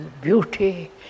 beauty